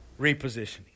Repositioning